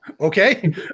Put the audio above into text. Okay